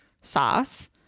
sauce